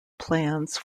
plans